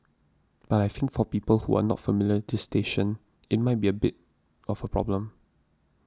but I think for people who are not familiar this station it might be a bit of a problem